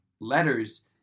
letters